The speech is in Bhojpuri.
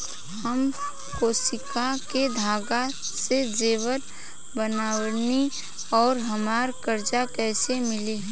हम क्रोशिया के धागा से जेवर बनावेनी और हमरा कर्जा कइसे मिली?